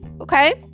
Okay